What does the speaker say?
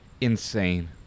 insane